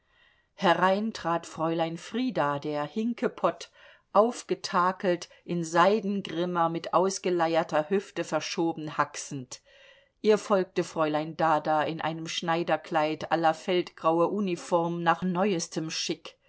herein trat fräulein frieda der hinkepott aufgetakelt in seidengrimmer mit ausgeleierter hüfte verschoben haxend ihr folgte fräulein dada in einem schneiderkleid la feldgraue uniform nach neuestem schick